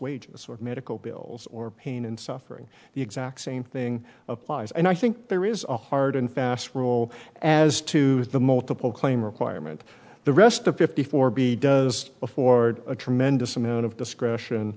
wages or medical bills or pain and suffering the exact same thing applies and i think there is a hard and fast rule as to the multiple claim requirement the rest of fifty four b does afford a tremendous amount of discretion